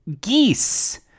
geese